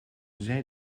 zij